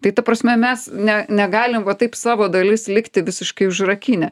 tai ta prasme mes ne negalim va taip savo dalis likti visiškai užrakinę